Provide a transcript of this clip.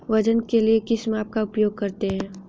वजन के लिए किस माप का उपयोग करते हैं?